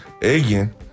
Again